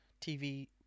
TV